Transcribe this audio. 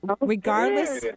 regardless